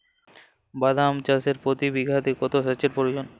বাদাম চাষে প্রতি বিঘাতে কত সেচের প্রয়োজন?